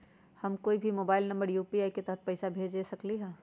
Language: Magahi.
हम कोई के मोबाइल नंबर पर यू.पी.आई के तहत पईसा कईसे भेज सकली ह?